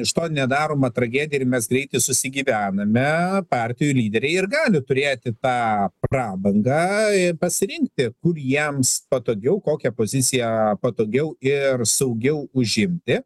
iš to nedaroma tragedija ir mes greitai susigyvename partijų lyderiai ir gali turėti tą prabangą pasirinkti kur jiems patogiau kokią poziciją patogiau ir saugiau užimti